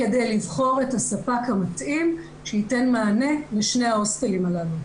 כדי לבחור את הספק המתאים שייתן מענה לשני ההוסטלים הללו.